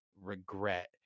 regret